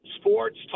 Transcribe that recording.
sports